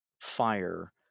fire